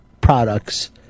products